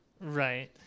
right